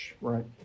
right